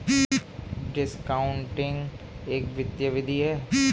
discounting एक वित्तीय विधि है